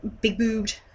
big-boobed